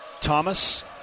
Thomas